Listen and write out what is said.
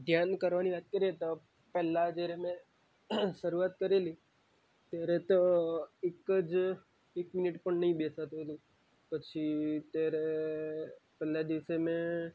ધ્યાન કરવાની વાત કરીએ તો પહેલાં જ્યારે મેં શરૂઆત કરેલી ત્યારે તો એક જ એક મિનિટ પણ નહીં બેસાતું હતું પછી ત્યારે પહેલા દિવસે મેં